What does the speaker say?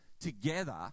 together